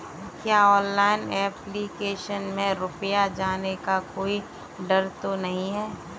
क्या online application में रुपया जाने का कोई डर तो नही है?